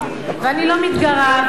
ואני לא מתגרה,